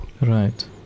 Right